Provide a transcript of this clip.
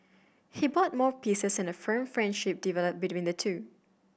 he bought more pieces and a firm friendship developed between the two